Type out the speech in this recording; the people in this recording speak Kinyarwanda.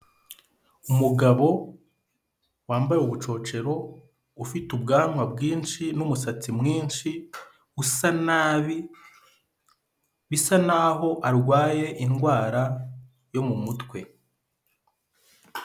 Umugabo wambaye ubucocero ufite ubwanwa bwinshi n'umusatsi mwinshi, usa nabi bisa naho arwaye indwara yo mu mutwe.